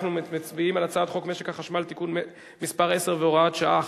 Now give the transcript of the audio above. אנחנו מצביעים על הצעת חוק משק החשמל (תיקון מס' 10 והוראת שעה),